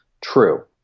True